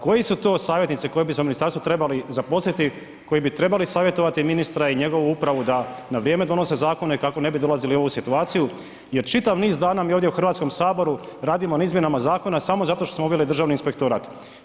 Koji su to savjetnici koji bi se u ministarstvu koji bi se trebali zaposliti koji bi trebali savjetovati ministra i njegovu upravu da na vrijeme donose zakone kako ne bi dolazili u ovu situaciju, jer čitav niz dana mi ovdje u Hrvatskom saboru radimo na izmjenama zakona samo zato što smo uveli državni inspektorat.